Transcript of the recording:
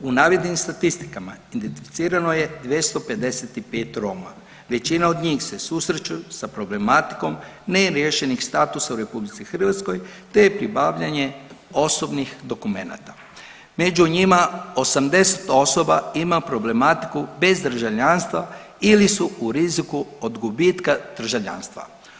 U navedenim statistikama identificirano je 255 Roma, većina od njih se susreću sa problematikom neriješenih statusa u RH te je pribavljanje osobnih dokumenta, među njima 80 osoba ima problematiku bez državljanstva ili su u riziku od gubitka državljanstva.